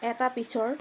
এটা পিছৰ